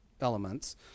elements